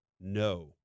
no